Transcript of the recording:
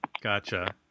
Gotcha